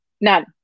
None